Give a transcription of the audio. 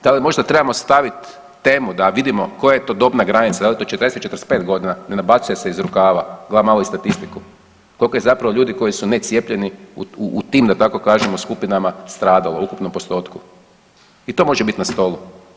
Tada možda trebamo staviti temu da vidimo koja je to dobna granica da li je to 40, 45 godina ne nabacuje se iz rukava gleda malo i statistiku koliko je zapravo ljudi koji su necijepljeni u tim da tako kažemo skupinama stradalo u ukupnom postotku i to može biti na stolu.